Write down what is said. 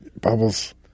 bubbles